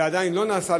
ומה עדיין לא נעשה,